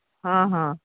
हाँ हाँ